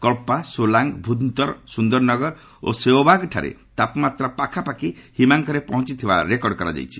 କହା ସୋଲାଙ୍ଗ୍ ଭୂନ୍ତର ସୁନ୍ଦରନଗର ଓ ସେଓବାଗ୍ଠାରେ ତାପମାତ୍ରା ପାଖାପାଖି ହିମାଙ୍କରେ ପହଞ୍ଚିଥିବା ରେକର୍ଡ କରାଯାଇଛି